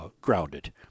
grounded